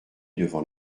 devant